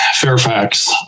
Fairfax